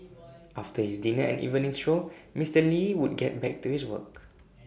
after his dinner and evening stroll Mister lee would get back to his work